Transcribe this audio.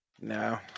No